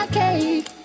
cake